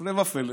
הפלא ופלא,